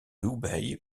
hubei